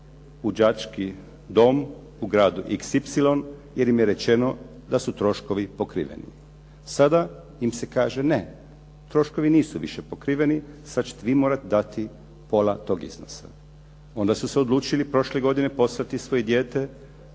đački dom u gradu xy jer im je rečeno da su troškovi pokriveni. Sada im se kaže ne, troškovi nisu više pokriveni, sada ćete vi morati dati pola toga iznosa. Onda su se odlučili prošle godine poslati svoje dijete